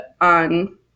on